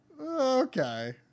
Okay